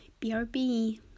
BRB